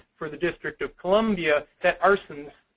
for the district of columbia. that arsons,